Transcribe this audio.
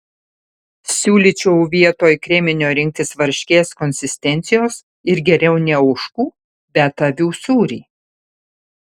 siūlyčiau vietoj kreminio rinktis varškės konsistencijos ir geriau ne ožkų bet avių sūrį